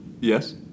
Yes